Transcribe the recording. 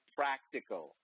practical